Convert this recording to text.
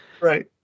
Right